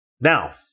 Now